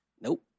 Nope